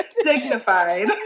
Dignified